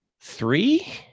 three